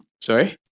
Sorry